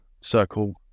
circle